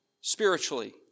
spiritually